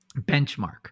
benchmark